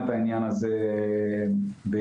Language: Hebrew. גם של הסיוע המשפטי,